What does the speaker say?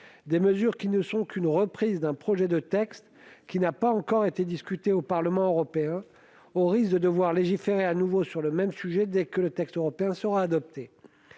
des mesures qui ne sont qu'une reprise d'un projet de texte n'ayant pas encore été discuté au Parlement européen, au risque que nous devions légiférer de nouveau sur le même sujet dès que le texte européen sera adopté.